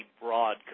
broad